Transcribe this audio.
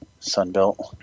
Sunbelt